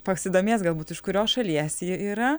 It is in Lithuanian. pasidomės galbūt iš kurios šalies ji yra